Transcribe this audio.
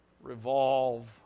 revolve